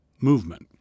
movement